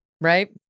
right